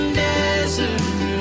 desert